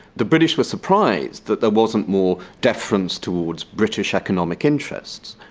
the british were surprised that there wasn't more deference towards british economic interests.